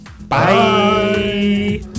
bye